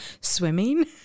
swimming